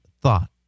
thought